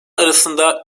arasında